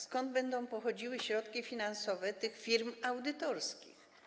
Skąd będą pochodziły środki finansowe tych firm audytorskich?